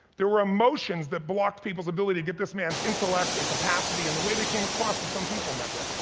there were emotions that blocked people's ability to get this man's intellect and capacity and the way they came across to some people on that day.